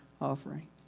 offering